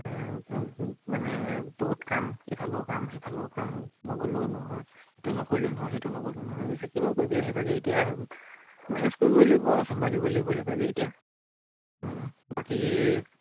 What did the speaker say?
মানে বহুত কাম এইফালেও কাম সেইফালেও কাম নগ'লেও নহয় এইটো নকৰিলেও নহয় সেইটো নকৰিলেও নহয় গৈছে কিনো কৰিব সেইভাগে এতিয়া মেনেজ কৰিবই লাগিব আৰু চম্ভালিবই লাগিব সেইভাগে এতিয়া বাকী